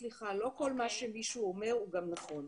סליחה, לא כול מה שמישהו אומר הוא גם נכון.